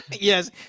yes